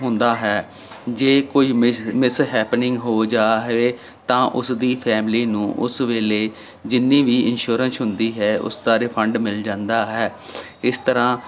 ਹੁੰਦਾ ਹੈ ਜੇ ਕੋਈ ਮਿਸ ਮਿਸਹੈਪਨਿੰਗ ਹੋ ਜਾਵੇ ਤਾਂ ਉਸਦੀ ਫੈਮਲੀ ਨੂੰ ਉਸ ਵੇਲੇ ਜਿੰਨੀ ਵੀ ਇਨਸ਼ੋਰੈਂਸ ਹੁੰਦੀ ਹੈ ਉਸ ਦਾ ਰਿਫੰਡ ਮਿਲ ਜਾਂਦਾ ਹੈ ਇਸ ਤਰ੍ਹਾਂ